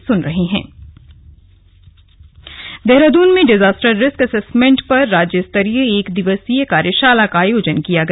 slug disaster management Dehradun में disaster risk assessment पर राज्य स्तरीय एक दिवसीय कार्यशाला का आयोजन किया गया